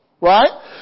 right